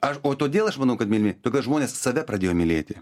aš o todėl aš manau kad mylimi todėl kad žmonės save pradėjo mylėti